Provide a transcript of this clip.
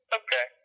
okay